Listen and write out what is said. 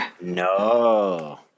No